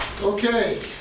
Okay